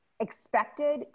expected